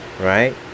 right